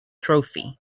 trophy